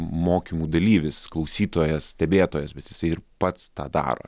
mokymų dalyvis klausytojas stebėtojas bet jisai ir pats tą daro